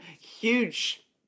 huge